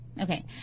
Okay